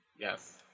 yes